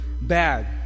bad